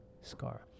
scar